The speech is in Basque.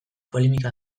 polemika